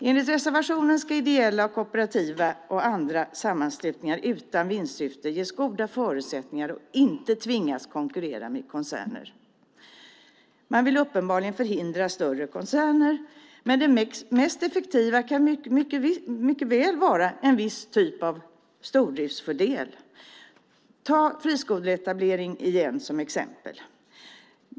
Enligt reservationen ska ideella, kooperativa och andra sammanslutningar utan vinstsyfte ges goda förutsättningar och inte tvingas konkurrera med koncerner. Man vill uppenbarligen förhindra större koncerner, men det mest effektiva kan mycket väl vara en viss typ av stordrift. Vi kan ta friskoleetableringen som exempel igen.